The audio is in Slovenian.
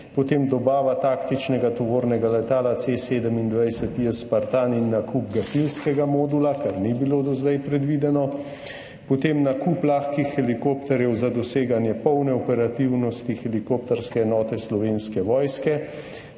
Potem dobava taktičnega tovornega letala C-27J Spartan in nakup gasilskega modula, kar ni bilo do zdaj predvideno. Potem nakup lahkih helikopterjev za doseganje polne operativnosti helikopterske enote Slovenske vojske.